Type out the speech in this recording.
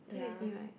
ya